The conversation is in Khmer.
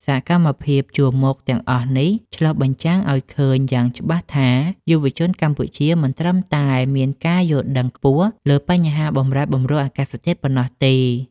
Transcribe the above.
សកម្មភាពជួរមុខទាំងអស់នេះឆ្លុះបញ្ចាំងឱ្យឃើញយ៉ាងច្បាស់ថា យុវជនកម្ពុជាមិនត្រឹមតែមានការយល់ដឹងខ្ពស់លើបញ្ហាបម្រែបម្រួលអាកាសធាតុប៉ុណ្ណោះទេ។